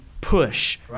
push